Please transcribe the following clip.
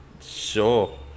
Sure